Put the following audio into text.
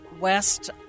west